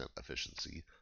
efficiency